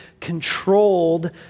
controlled